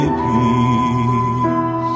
peace